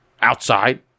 outside